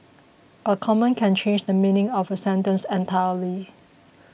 a comma can change the meaning of a sentence entirely